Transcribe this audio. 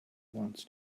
wants